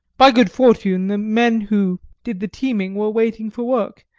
by good fortune, the men who did the teaming were waiting for work,